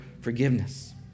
forgiveness